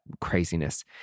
craziness